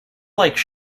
like